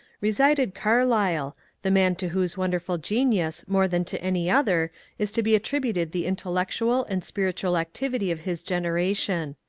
resided carlyle, the man to whose wonderful genius more than to any other is to be attributed the intellectual and spiritual activity of his generation.